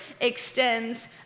extends